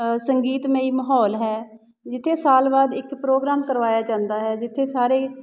ਸੰਗੀਤਮਈ ਮਾਹੌਲ ਹੈ ਜਿੱਥੇ ਸਾਲ ਬਾਅਦ ਇੱਕ ਪ੍ਰੋਗਰਾਮ ਕਰਵਾਇਆ ਜਾਂਦਾ ਹੈ ਜਿੱਥੇ ਸਾਰੇ